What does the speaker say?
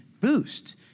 boost